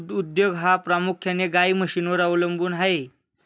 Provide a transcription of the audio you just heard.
दूध उद्योग हा प्रामुख्याने गाई म्हशींवर अवलंबून आहे